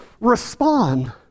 respond